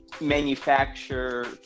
manufacture